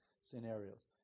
scenarios